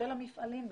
של המפעלים,